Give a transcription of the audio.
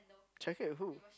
check it with who